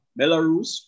Belarus